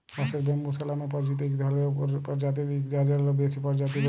বাঁশের ব্যম্বুসা লামে পরিচিত ইক ধরলের উপপরজাতির ইক হাজারলেরও বেশি পরজাতি রঁয়েছে